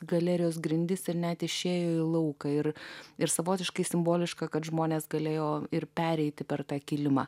galerijos grindis ir net išėjo į lauką ir ir savotiškai simboliška kad žmonės galėjo ir pereiti per tą kilimą